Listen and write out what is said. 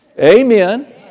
Amen